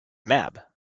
mab